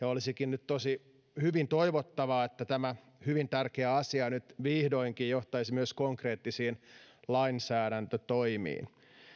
olisikin hyvin toivottavaa että tämä hyvin tärkeä asia nyt vihdoinkin johtaisi myös konkreettisiin lainsäädäntötoimiin